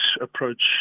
approach